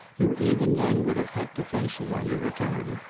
you even then would have had to face it on your return.